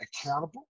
accountable